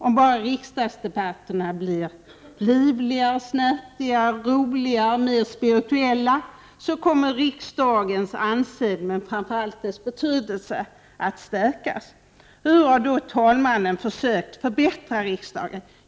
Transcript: Om bara riksdagsdebatterna blir livligare, snärtigare, roligare, mer spirituella så kommer riksdagens anseende, men framför allt dess betydelse, att stärkas. Hur har då talmannen försökt förbättra riksdagen?